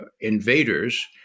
invaders